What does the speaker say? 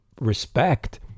respect